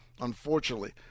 unfortunately